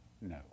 no